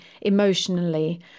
emotionally